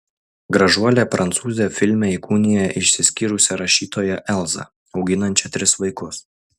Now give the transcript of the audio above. gražuolė prancūzė filme įkūnija išsiskyrusią rašytoją elzą auginančią tris vaikus